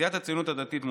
סיעת הציונות הדתית,